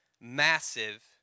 massive